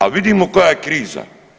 A vidimo koja je kriza.